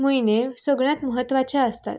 म्हयने सगळ्यांत म्हत्वाचे आसतात